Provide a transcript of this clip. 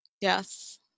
Yes